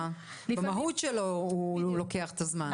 במהות של התהליך הוא לוקח זמן.